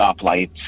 stoplights